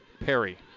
Perry